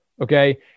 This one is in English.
Okay